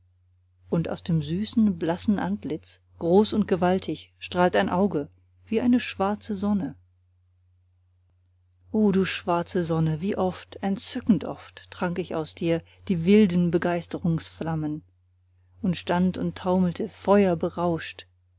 und aus dem süßen blassen antlitz groß und gewaltig strahlt ein auge wie eine schwarze sonne o du schwarze sonne wie oft entzückend oft trank ich aus dir die wilden begeistrungsflammen und stand und taumelte